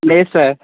లేదు సార్